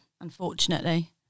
unfortunately